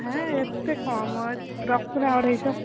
ହେ ଏତେ କମ ରଖୁନା ଅଢ଼େଇଶହ